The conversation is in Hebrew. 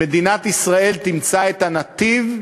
שמדינת ישראל תמצא את הנתיב,